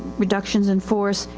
reductions in force,